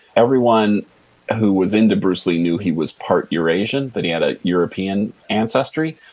everyone who was into bruce lee knew he was part eurasian, that he had a european ancestry,